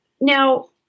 Now